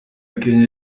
kenya